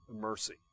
mercy